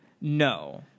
No